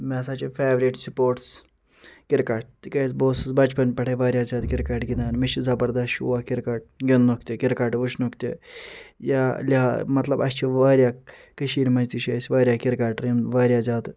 مےٚ ہسا چھِ فیورِٹ سپورٹس کرکٹ تِکیٚازِ و اوسس بچپن پٮ۪ٹھے واریاہ زیادٕ کرکٹ گِندان مےٚ چھُ زبردس شوق کرکٹ گِندنُک تہِ کرکٹ وچھِنُک تہِ یا یا مطلب اسہِ چھِ واریاہ کشیٖرِ منٛز تہِ چھِ اسہِ واریاہ کرکٹر یِم واریاہ زیادٕ